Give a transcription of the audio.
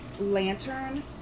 lantern